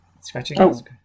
scratching